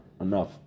enough